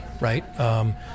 right